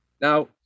Now